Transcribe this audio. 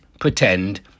pretend